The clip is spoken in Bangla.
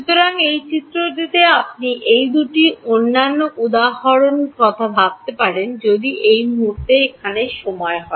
সুতরাং এই চিত্রটিতে আপনি এই দুটি অন্যান্য উদাহরণের কথা ভাবতে পারেন যদি এই মুহুর্তে এখানে সময় হয়